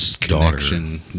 connection